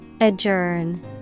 Adjourn